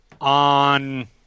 on